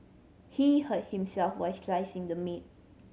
he hurt himself while slicing the meat